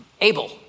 Abel